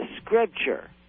scripture